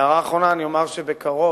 הערה אחרונה: בקרוב,